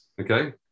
Okay